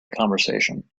conversation